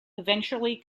eventually